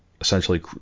essentially